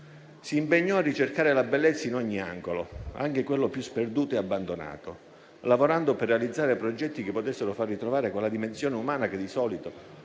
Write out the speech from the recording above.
si impegnò a ricercare la bellezza in ogni angolo, anche quello più sperduto e abbandonato, lavorando per realizzare progetti che potessero far ritrovare quella dimensione umana che, di solito,